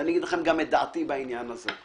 ואני אגיד לכם את דעתי בעניין הזה.